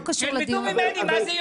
מה זה הדבר הזה?